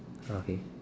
okay